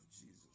Jesus